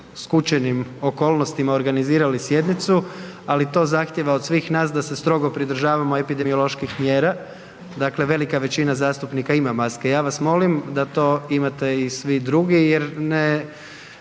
skučenim okolnostima organizirali sjednicu, ali to zahtijeva od svih nas da se strogo pridržavamo epidemioloških mjera, dakle velika većina zastupnika ima maske, ja vas molim da to imate i svi drugi jer time